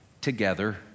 together